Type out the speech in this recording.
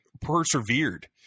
persevered